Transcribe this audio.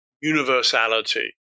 universality